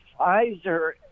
Pfizer